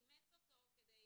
אימץ אותו כדי